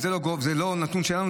וזה לא נתון שלנו,